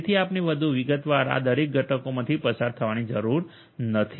તેથી આપણે વધુ વિગતવાર આ દરેક ઘટકોમાંથી પસાર થવાની જરૂર નથી